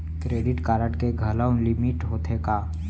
Credit card के घलव limit होथे का?